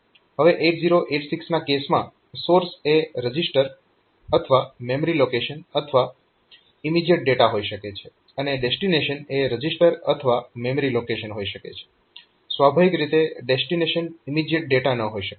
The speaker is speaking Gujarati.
હવે 8086 ના કેસમાં સોર્સ એ રજીસ્ટર અથવા મેમરી લોકેશન અથવા ઇમીજીએટ ડેટા હોઈ શકે છે અને ડેસ્ટીનેશન એ રજીસ્ટર અથવા મેમરી લોકેશન હોઈ શકે છે સ્વાભાવિક રીતે ડેસ્ટીનેશન ઇમીજીએટ ડેટા ન હોઈ શકે